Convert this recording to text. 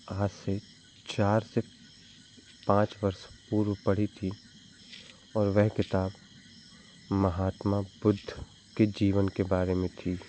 आज से चार से पाँच वर्ष पूर्व पढ़ी थी और वह किताब महात्मा बुद्ध की जीवन के बारे में थी